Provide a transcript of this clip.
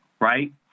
right